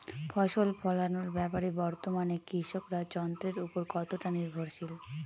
ফসল ফলানোর ব্যাপারে বর্তমানে কৃষকরা যন্ত্রের উপর কতটা নির্ভরশীল?